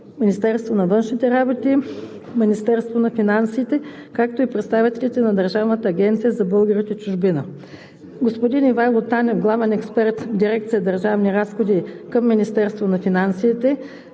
Министерството на образованието и науката, Министерството на финансите, представители на Държавна агенция за българите в чужбина. Господин Ивайло Танев – главен експерт в дирекция „Държавни разходи“ в Министерството на финансите,